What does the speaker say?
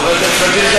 חבר הכנסת חאג' יחיא,